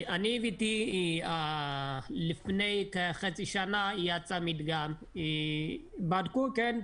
אני הבאתי לפני כחצי שנה, יצא מדגם, בדקו, כן.